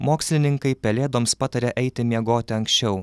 mokslininkai pelėdoms pataria eiti miegoti anksčiau